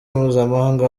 mpuzamahanga